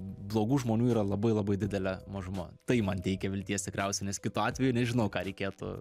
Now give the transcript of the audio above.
blogų žmonių yra labai labai didelė mažuma tai man teikia vilties tikriausiai nes kitu atveju nežinau ką reikėtų